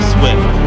Swift